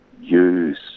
use